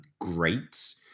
great